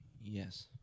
Yes